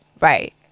Right